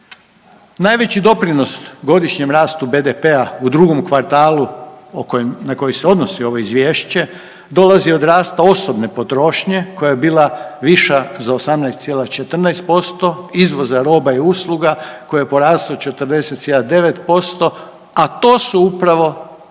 Najveći doprinos godišnjem rastu BDP-a u drugom kvartalu na koji se odnosi ovo izvješće dolazi od rasta osobne potrošnje koja je bila viša za 18,14%, izvoza roba i usluga koji je porastao 40.9%, a to su upravo